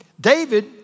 David